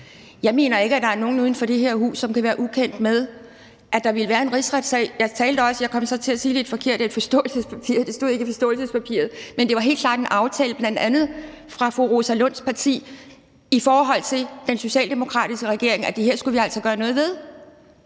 Jeg mener ikke, at der er nogen uden for det her hus, som kan være ukendt med, at der ville være en rigsretssag. Jeg talte også om det, og jeg kom så til at sige lidt forkert, at det er et forståelsespapir, og det stod ikke i forståelsespapiret, men det var helt klart en aftale, bl.a. fra fru Rosa Lunds partis side i forhold til den socialdemokratiske regering, at det her skulle vi altså gøre noget ved.